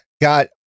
got